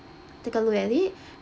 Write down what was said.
take a look at it